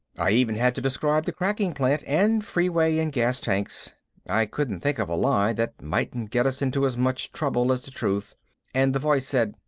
i even had to describe the cracking plant and freeway and gas tanks i couldn't think of a lie that mightn't get us into as much trouble as the truth and the voice said,